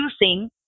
using